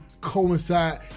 coincide